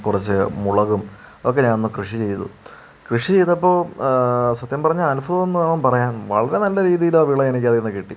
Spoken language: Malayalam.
കുറച്ച് മുളകും ഒക്കെ ഞാനൊന്ന് കൃഷി ചെയ്തു കൃഷി ചെയ്തപ്പോൾ സത്യം പറഞ്ഞാൽ അത്ഭുതം എന്ന് വേണം പറയാൻ വളരെ നല്ല രീതിയിലാണ് വിള എനിക്കതിൽ നിന്ന് കിട്ടി